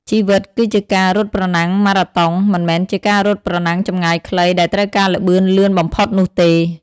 ជីវិតគឺជាការរត់ប្រណាំងម៉ារ៉ាតុង មិនមែនជាការរត់ប្រណាំងចម្ងាយខ្លីដែលត្រូវការល្បឿនលឿនបំផុតនោះទេ។